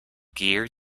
gear